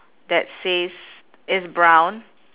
that says it's brown